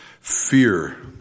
fear